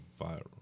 viral